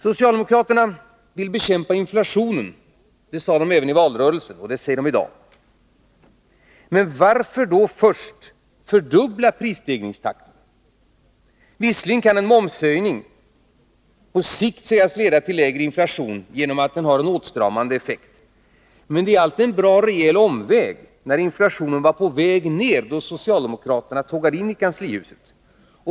Socialdemokraterna vill bekämpa inflationen. Det sade de i valrörelsen, och det säger de i dag. Men varför då först fördubbla prisstegringstakten? Visserligen kan en momshöjning på sikt sägas leda till lägre inflation genom att den har en åtstramande effekt, men det är allt en rejäl omväg när inflationen var på väg ner, då socialdemokraterna tågade in i kanslihuset.